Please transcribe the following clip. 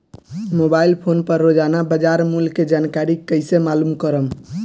Mobile phone पर रोजाना बाजार मूल्य के जानकारी कइसे मालूम करब?